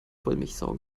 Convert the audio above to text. wollmilchsau